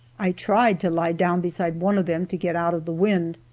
i tried to lie down beside one of them to get out of the wind,